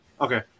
Okay